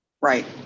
Right